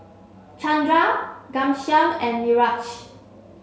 Chandra Ghanshyam and Niraj